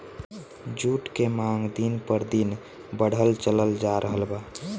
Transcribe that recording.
जुट के मांग दिन प दिन बढ़ल चलल जा रहल बा